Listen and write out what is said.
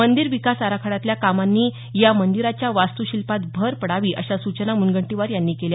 मंदिर विकास आराखड्यातल्या कामांनी या मंदिराच्या वास्तू शिल्पात भर पडावी अशा सूचना मुनगंटीवार यांनी केल्या